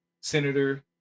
senator